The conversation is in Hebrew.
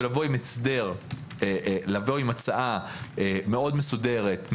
ולבוא עם הצעה מסודרת,